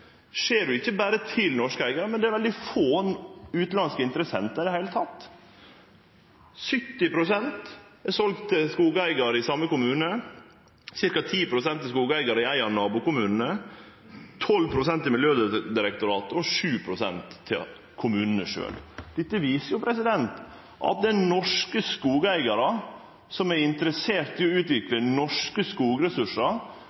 skjer ikkje det berre til norske eigarar, men det er veldig få utanlandske interessentar i det heile. 70 pst. er seld til skogeigarar i den same kommunen, ca. 10 pst. til skogeigarar i ein av nabokommunane, 12 pst. til Miljødirektoratet og 7 pst. til kommunane sjølve. Dette viser at det er norske skogeigarar som er interesserte i å